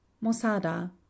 Mosada